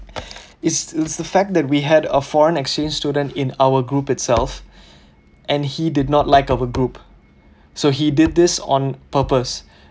is is the fact that we had a foreign exchange student in our group itself and he did not like our group so he did this on purpose